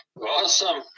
Awesome